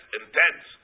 intense